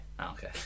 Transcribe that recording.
okay